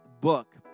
book